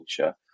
culture